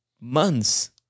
months